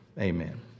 amen